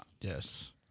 Yes